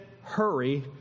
hurry